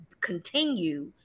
continue